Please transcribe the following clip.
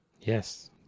Yes